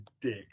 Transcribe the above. dick